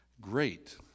great